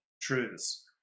truths